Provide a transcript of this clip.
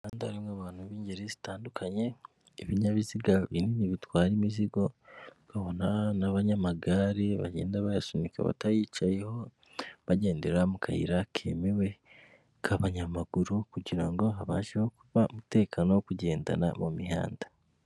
Kandi harimo abantu b'ingeri zitandukanye, ibinyabiziga binini bitwara imizigo, babona n'abanyamagare bagenda bayasunika batayicayeho, bagendera mu kayira kemewe k'abanyamaguru kugirango habasheho kuba umutekano wo kugendana mu mihanda.